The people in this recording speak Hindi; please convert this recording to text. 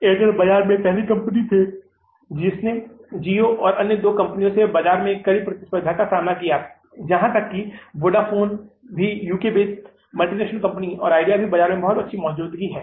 Airtel बाज़ार में पहला कंपनी है जिसने Jio और अन्य दो कंपनी से बाज़ार में कड़ी प्रतिस्पर्धा का सामना किया है यहाँ तक कि वोडाफोन भी UK based company multinational company और Idea की भी बाज़ार में बहुत अच्छी मौजूदगी है